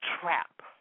trap